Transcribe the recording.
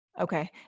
Okay